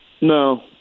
No